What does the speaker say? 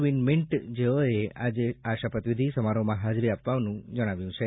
Win Myint જેઓએ આજે આ શપથવિધી સમારોહમાં હાજરી આપવાનું જણાવ્યું છે